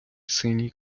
синій